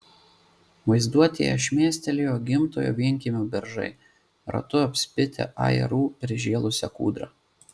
vaizduotėje šmėstelėjo gimtojo vienkiemio beržai ratu apspitę ajerų prižėlusią kūdrą